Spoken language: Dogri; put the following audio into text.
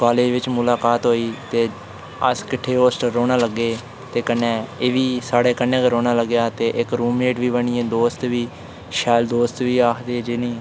कॉलेज बिच मुलाकात होई ते अस किट्ठे हाॅस्टल रौह्ना लगे ते कन्नै एह्बी साढ़े कन्नै गै रौह्ना लगे तां इक रूममेट बी बनी आ ते दोस्त बी शैल दोस्त बी आखदे जि'नेंईं